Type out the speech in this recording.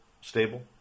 stable